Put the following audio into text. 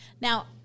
Now